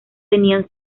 tenían